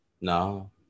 No